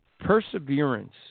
perseverance